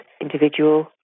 individual